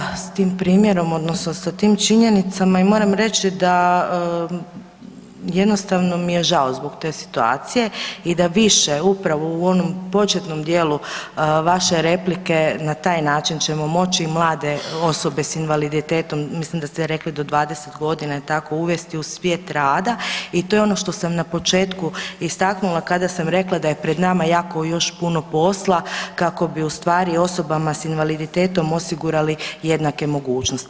Upoznata sam da s tim primjerom odnosno sa tim činjenicama i moram reći da jednostavno mi je žao zbog te situacije i da više upravo u onom početnom dijelu vaše replike na taj način ćemo moći mlade osobe s invaliditetom mislim da ste rekli do 20 godina ili tako uvesti u svijet rada i to je ono što sam na početku istaknula kada sam rekla da je pred nama jako još puno posla kako bi ustvari osobama s invaliditetom osigurali jednake mogućnosti.